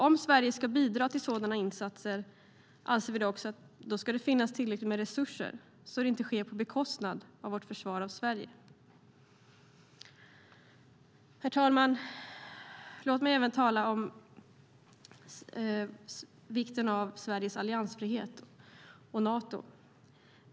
Om Sverige ska bidra till sådana insatser anser vi att det ska finnas tillräckligt med resurser, så det inte sker på bekostnad av vårt försvar av Sverige. Herr talman! Låt mig även tala om vikten av Sveriges alliansfrihet och Nato.